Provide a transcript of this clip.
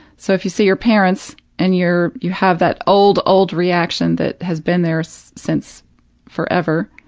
so, if you see your parents and you're you have that old, old reaction that has been there so since forever,